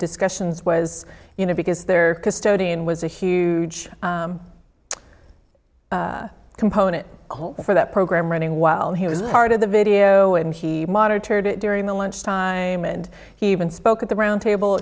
discussions was you know because there custodian was a huge component for that program running while he was part of the video and he monitored it during the lunch time and he even spoke at the round table